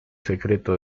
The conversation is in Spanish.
secreto